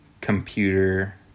computer